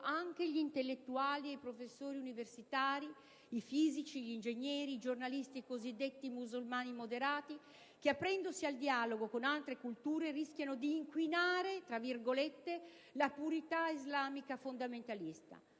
anche gli intellettuali e i professori universitari: fisici, ingegneri, giornalisti cosiddetti musulmani moderati, che aprendosi al dialogo con altre culture, rischiano di "inquinare" la purità islamica fondamentalista.